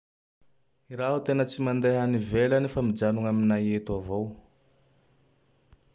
I raho tena mandeha an ivelany fa mijanogn aminay eto avao.